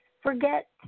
forget